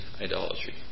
idolatry